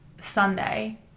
Sunday